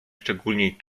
szczególniej